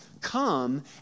come